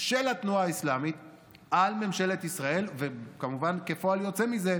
של ממשלת ישראל, וכמובן, כפועל יוצא מזה,